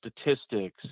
statistics